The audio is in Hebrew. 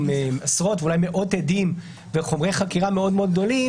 עם עשרות ואולי מאות עדים וחומרי חקירה מאוד גדולים,